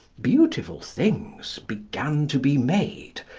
beautiful things began to be made,